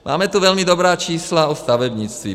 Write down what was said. Máme tu velmi dobrá čísla o stavebnictví.